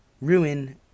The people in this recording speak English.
ruin